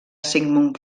sigmund